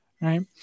Right